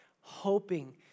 hoping